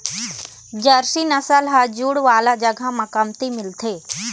Jersey नसल ह जूड़ वाला जघा म कमती मिलथे